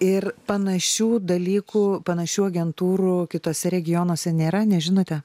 ir panašių dalykų panašių agentūrų kituose regionuose nėra nežinote